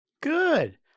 Good